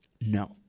No